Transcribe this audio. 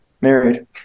married